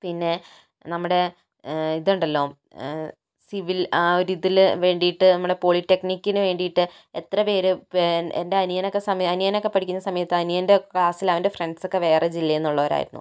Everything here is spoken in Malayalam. പിന്നെ നമ്മുടെ ഇതുണ്ടല്ലോ സിവിൽ ആ ഒരു ഇതില് വേണ്ടിയിട്ട് നമ്മുടെ പോളിടെക്നിക്കിനു വേണ്ടിയിട്ട് എത്ര പേര് എൻ്റെ അനിയനൊക്കെ അനിയൻ ഒക്കെ പഠിക്കുന്ന സമയത്ത് അനിയൻ്റെ ക്ലാസ്സിൽ അവൻ്റെ ഫ്രണ്ട്സ് ഒക്കെ വേറെ ജില്ലയിൽ നിന്നുള്ളവരായിരുന്നു